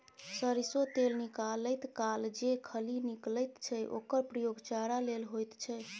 सरिसों तेल निकालैत काल जे खली निकलैत छै ओकर प्रयोग चारा लेल होइत छै